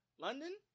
London